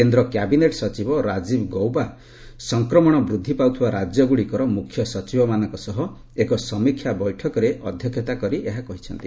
କେନ୍ଦ୍ର କ୍ୟାବିନେଟ୍ ସଚିବ ରାଜୀବ ଗୌବା ସଂକ୍ରମଣ ବୃଦ୍ଧି ପାଉଥିବା ରାଜ୍ୟ ଗୁଡ଼ିକର ମୁଖ୍ୟସଚିବ ମାନଙ୍କ ସହ ଏକ ସମୀକ୍ଷା ବୈଠକରେ ଅଧ୍ୟକ୍ଷତା କରି ଏହା କହିଛନ୍ତି